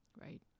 Right